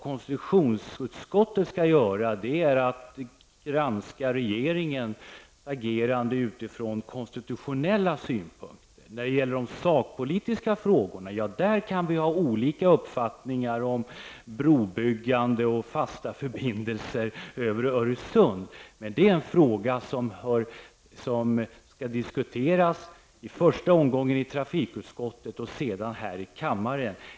Konstitutionsutskottets uppgift är att granska regeringens agerande utifrån konstitutionella synpunkter. När det gäller de sakpolitiska frågorna kan vi ha olika uppfattningar om brobyggande och fasta förbindelser över Öresund, men det är en fråga som i första omgången skall diskuteras i trafikutskottet och sedan här i kammaren.